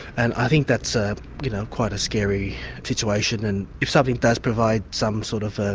and i think that's ah you know quite a scary situation, and if something does provide some sort of ah